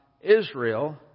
Israel